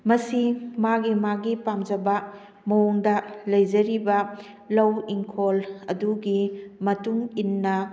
ꯃꯁꯤ ꯃꯥꯒꯤ ꯃꯥꯒꯤ ꯄꯥꯝꯖꯕ ꯃꯑꯣꯡꯗ ꯂꯩꯖꯔꯤꯕ ꯂꯧ ꯏꯪꯈꯣꯜ ꯑꯗꯨꯒꯤ ꯃꯇꯨꯡ ꯏꯟꯅ